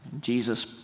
Jesus